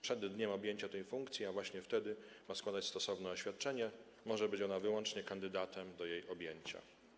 Przed dniem objęcia tej funkcji, a właśnie wtedy ma składać stosowne oświadczenie, może być ona wyłącznie kandydatem do jej objęcia.